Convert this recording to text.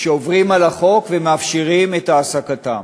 שעוברים על החוק ומאפשרים את העסקתם.